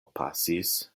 pasis